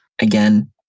Again